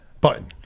button